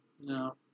No